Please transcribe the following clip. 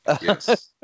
Yes